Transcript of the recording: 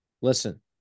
Listen